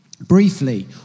briefly